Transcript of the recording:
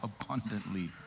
abundantly